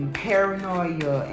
paranoia